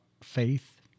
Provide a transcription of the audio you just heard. faith